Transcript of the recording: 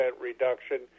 reduction